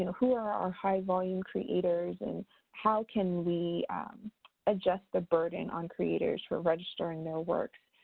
who are our high volume creators and how can we adjust the burden on creators for registering their works.